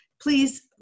Please